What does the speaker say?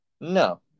No